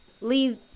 leave